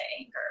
anger